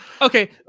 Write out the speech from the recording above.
okay